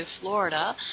Florida